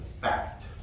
fact